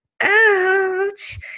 ouch